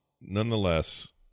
nonetheless